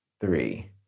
three